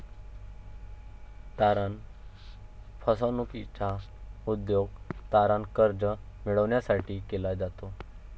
तारण फसवणूकीचा उपयोग तारण कर्ज मिळविण्यासाठी केला जातो